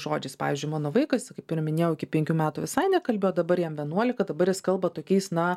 žodžiais pavyzdžiui mano vaikas kaip ir minėjau iki penkių metų visai nekalbėjo dabar jam vienuolika dabar jis kalba tokiais na